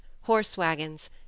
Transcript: horse-wagons